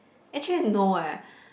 actually no eh